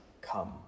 come